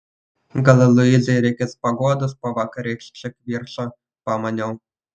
gal luizai reikės paguodos po vakarykščio kivirčo pamaniau